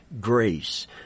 grace